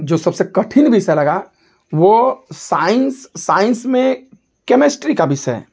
जो सबसे कठिन विषय लगा वो साइंस साइंस में केमिस्ट्री का विषय